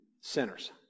sinners